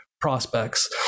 prospects